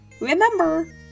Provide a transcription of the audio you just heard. remember